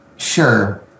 Sure